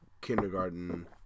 kindergarten